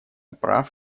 прав